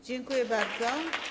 Dziękuję bardzo.